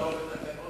לא בתקנון,